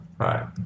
right